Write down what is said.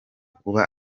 kuba